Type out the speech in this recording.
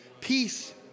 peace